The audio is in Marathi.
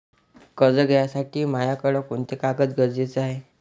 कर्ज घ्यासाठी मायाकडं कोंते कागद गरजेचे हाय?